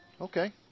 Okay